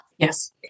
Yes